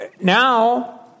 Now